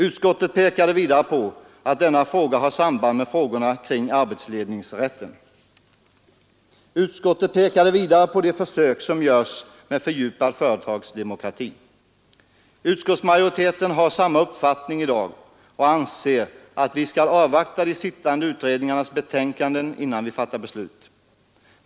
Utskottet underströk att denna fråga har samband med frågorna kring arbetsledningsrätten. Utskottet pekade också på de försök som görs med fördjupad företagsdemokrati. Utskottsmajoriteten har samma uppfattning i dag och anser att vi skall avvakta de sittande utredningarnas betänkanden innan vi fattar beslut.